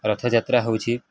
ରଥଯାତ୍ରା ହେଉଛି